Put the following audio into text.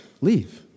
Leave